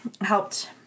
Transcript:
helped